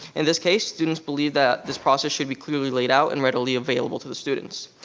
in this case, students believed that this process should be clearly laid out and readily available to the students.